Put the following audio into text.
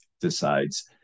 decides